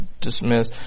dismiss